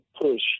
push